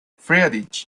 friedrich